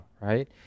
right